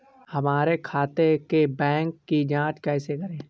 हमारे खाते के बैंक की जाँच कैसे करें?